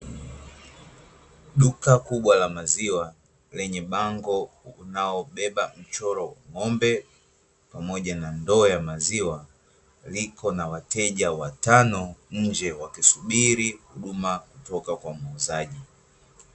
Duka kubwa la maziwa, lenye bango unaobeba mchoro wa ng’ombe, pamoja na ndoo ya maziwa. Liko na wateja watano nje, wakisubiri huduma toka kwa muuzaji.